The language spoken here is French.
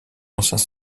anciens